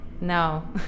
no